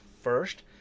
first